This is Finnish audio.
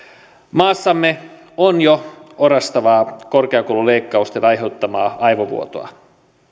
maassamme on jo orastavaa korkeakoululeikkausten aiheuttamaa aivovuotoa